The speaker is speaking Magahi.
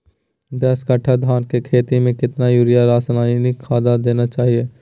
दस कट्टा धान की खेती में कितना यूरिया रासायनिक खाद देना चाहिए?